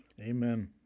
Amen